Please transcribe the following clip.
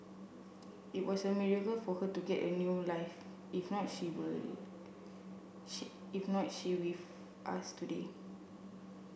it was a miracle for her to get a new life if not she if not she with us today